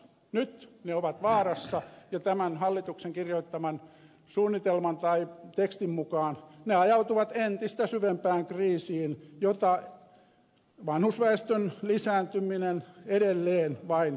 nyt ne ovat vaarassa ja tämän hallituksen kirjoittaman suunnitelman tai tekstin mukaan ne ajautuvat entistä syvempään kriisiin jota vanhusväestön lisääntyminen edelleen vain vaikeuttaa